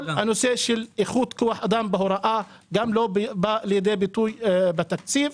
כל הנושא של איכות כוח אדם בהוראה גם לא בא לידי ביטוי בתקציב.